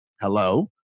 Hello